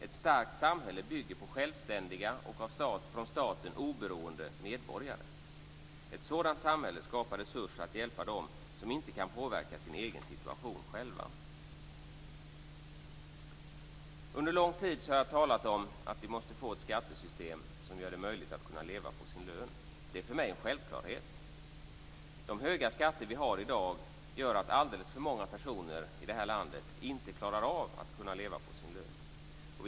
Ett starkt samhälle bygger på självständiga och från staten oberoende medborgare. Ett sådant samhälle skapar resurser att hjälpa dem som inte kan påverka sin egen situation själva. Under lång tid har jag talat om att vi måste få ett skattesystem som gör det möjligt att kunna leva på sin lön. Det är för mig en självklarhet. De höga skatter vi har i dag gör att alldeles för många personer i detta land inte klarar av att kunna leva på sin lön.